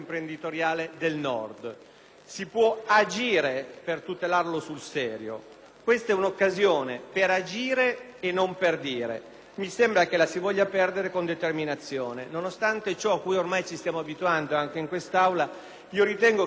questa è un'occasione per agire e non per dire, ma mi sembra che la si voglia perdere con determinazione. Nonostante ciò a cui ormai ci stiamo abituando anche in quest'Aula, ritengo che la coerenza sia ancora un valore e ad essa faccio appello per questa votazione.